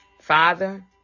Father